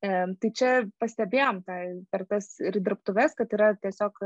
e tai čia pastebėjom tai per tas ir dirbtuves kad yra tiesiog